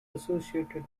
associated